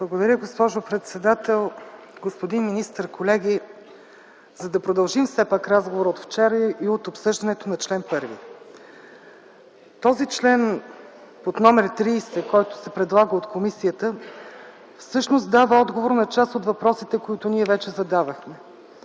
Благодаря, госпожо председател. Господин министър, колеги, за да продължим все пак разговора от вчера и от обсъждането на чл. 1. Този член под № 30, който се предлага от комисията, всъщност дава отговор на част от въпросите, които ние вече задавахме.